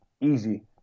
Easy